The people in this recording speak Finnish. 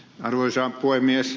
arvoisa puhemies